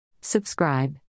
Subscribe